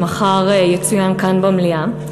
שמחר יצוין כאן במליאה,